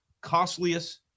costliest